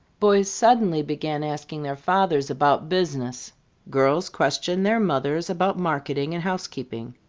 boys suddenly began asking their fathers about business girls questioned their mothers about marketing and housekeeping.